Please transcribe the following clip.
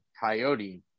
Coyote